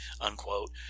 unquote